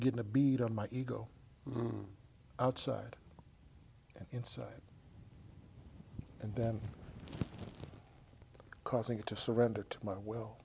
getting a beat on my ego outside and inside and then causing it to surrender to my will